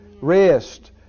Rest